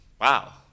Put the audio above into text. wow